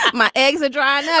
my eggs are dry. yeah